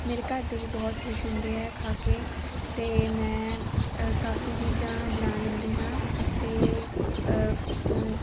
ਮੇਰੇ ਘਰਦੇ ਵੀ ਬਹੁਤ ਖੁਸ਼ ਹੁੰਦੇ ਆ ਖਾ ਕੇ ਅਤੇ ਮੈਂ ਕਾਫੀ ਚੀਜ਼ਾਂ ਬਣਾ ਲੈਂਦੀ ਹਾਂ ਅਤੇ